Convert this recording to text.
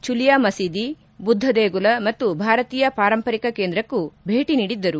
Chulia ಮಸೀದಿ ಬುದ್ದ ದೇಗುಲ ಮತ್ತು ಭಾರತೀಯ ಪಾರಂಪರಿಕ ಕೇಂದ್ರಕ್ಕೂ ಭೇಟಿ ನೀಡಿದ್ಗರು